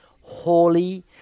holy